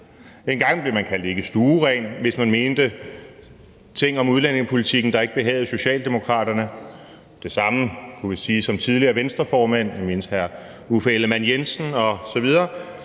En gang blev man kaldt ikkestueren, hvis man mente ting om udlændingepolitikken, der ikke behagede Socialdemokraterne. Det samme kunne siges om tidligere Venstreformænd. Jeg mindes hr. Uffe Ellemann-Jensen osv.